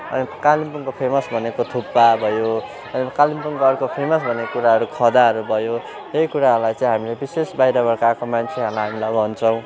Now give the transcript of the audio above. अनि कालिम्पोङको फेमस भनेको थुक्पा भयो अनि कालिम्पोङको अर्को फेमस भनेको कुराहरू खदाहरू भयो त्यही कुराहरूलाई चाहिँ हामीले विशेष बाहिरबाट आएको मान्छेहरूलाई हामीले भन्छौँ